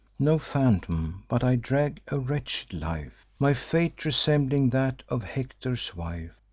no phantom but i drag a wretched life, my fate resembling that of hector's wife.